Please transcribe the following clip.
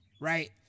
right